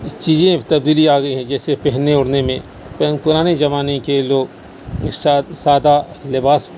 چیزیں تبدیلی آ گئی ہیں جیسے پہننے اوڑھنے میں پرانے زمانے کے لوگ سادہ لباس